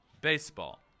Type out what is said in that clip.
baseball